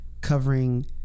covering